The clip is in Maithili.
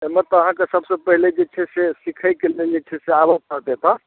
एहिमे तऽ अहाँकेँ सभसँ पहिले जे छै सिखैके लेल जे छै से आबय पड़त एतय